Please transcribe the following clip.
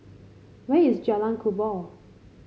where is Jalan Kubor